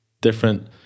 different